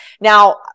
Now